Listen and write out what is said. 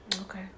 Okay